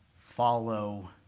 follow